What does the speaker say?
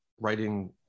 writing